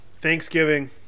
Thanksgiving